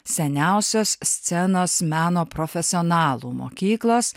seniausios scenos meno profesionalų mokyklos